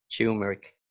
Turmeric